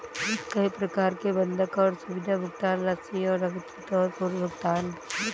कई प्रकार के बंधक हैं, सावधि, भुगतान राशि और आवृत्ति और पूर्व भुगतान